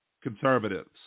conservatives